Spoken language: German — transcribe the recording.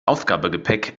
aufgabegepäck